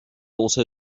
also